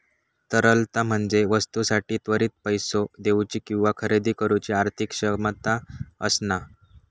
तरलता म्हणजे वस्तूंसाठी त्वरित पैसो देउची किंवा खरेदी करुची आर्थिक क्षमता असणा